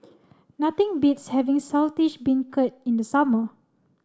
nothing beats having Saltish Beancurd in the summer